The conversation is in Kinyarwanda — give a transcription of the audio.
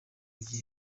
rugi